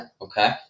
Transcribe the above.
Okay